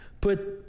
put